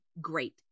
great